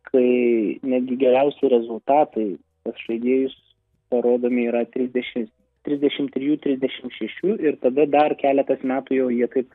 kai netgi geriausi rezultatai pas žaidėjus parodomi yra trisdešimt trisdešimt trijų trisdešimt šešių ir tada dar keletas metų jau jie taip